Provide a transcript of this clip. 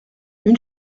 une